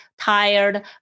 tired